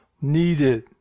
needed